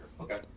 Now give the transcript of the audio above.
Okay